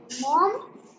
Mom